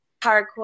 hardcore